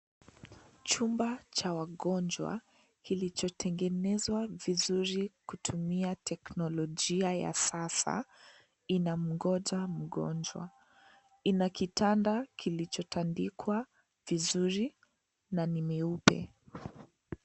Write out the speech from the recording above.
Chumba cha wagonjwa kilichotengenezwa vizuri kutumia teknolojia ya sasa inamngoja mgonjwa ina kitanda kilicho tandikwa vizuri na ni meupe.